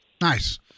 Nice